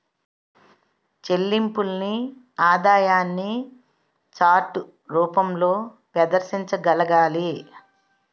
చెల్లింపుల్ని ఆదాయాన్ని చార్ట్ రూపంలో ప్రదర్శించగలగాలి